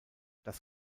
das